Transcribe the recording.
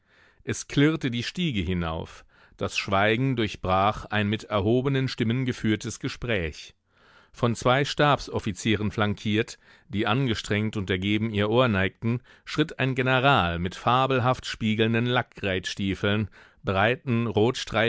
es klirrte die stiege hinauf das schweigen durchbrach ein mit erhobenen stimmen geführtes gespräch von zwei stabsoffizieren flankiert die angestrengt und ergeben ihr ohr neigten schritt ein general mit fabelhaft spiegelnden lackreitstiefeln breiten